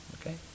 Okay